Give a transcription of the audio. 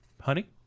Honey